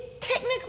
technically